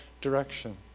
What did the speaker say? direction